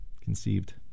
conceived